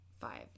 five